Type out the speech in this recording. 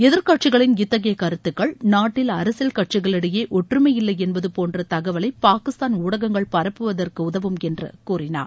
எதிர்கட்சிகளின் இத்தகைய கருத்துக்கள் நாட்டில் அரசியல் கட்சிகளிடையே ஒற்றுமை இல்லை என்பது போன்ற தகவலை பாகிஸ்தான் ஊடகங்கள் பரப்புவதற்கு உதவும் என்று கூறினார்